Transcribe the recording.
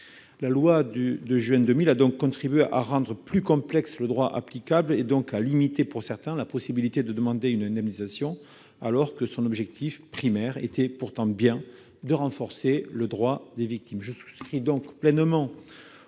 La loi du 15 juin 2000 a donc contribué à rendre plus complexe le droit applicable et, partant, à limiter, pour certains, la possibilité de demander une indemnisation, alors que son objectif primaire était pourtant bien de renforcer le droit des victimes.